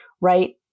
right